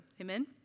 Amen